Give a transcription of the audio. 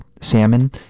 salmon